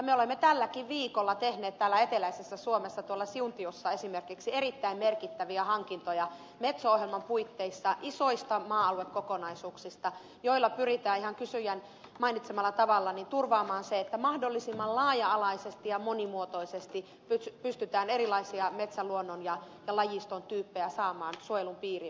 me olemme tälläkin viikolla tehneet täällä eteläisessä suomessa esimerkiksi siuntiossa metso ohjelman puitteissa isoista maa aluekokonaisuuksista erittäin merkittäviä hankintoja joilla pyritään ihan kysyjän mainitsemalla tavalla turvaamaan se että mahdollisimman laaja alaisesti ja monimuotoisesti pystytään erilaisia metsäluonnon ja lajiston tyyppejä saamaan suojelun piiriin